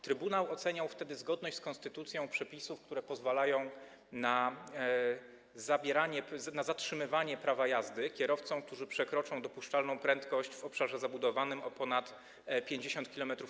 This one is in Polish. Trybunał oceniał wtedy zgodność z konstytucją przepisów, które pozwalają na zabieranie, na zatrzymywanie prawa jazdy kierowcom, którzy przekroczą dopuszczalną prędkość w obszarze zabudowanym o ponad 50 km/h.